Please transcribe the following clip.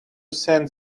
send